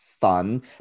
fun